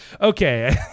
Okay